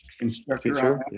instructor